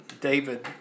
david